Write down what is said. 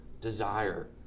desire